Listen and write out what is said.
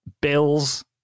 bills